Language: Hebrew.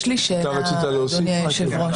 יש לי שאלה, אדוני היושב-ראש.